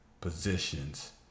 positions